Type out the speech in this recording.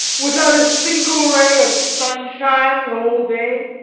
without a single ray of sunshine the whole day?